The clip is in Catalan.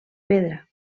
pedra